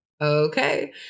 Okay